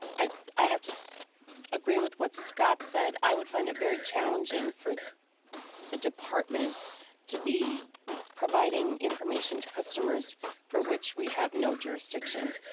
i i have to so agree with what scott said, i would find it very challenging for the department to be providing information to customers for which we have no jurisdiction.